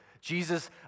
Jesus